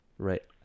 right